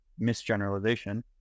misgeneralization